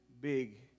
big